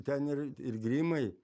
ten ir ir grimai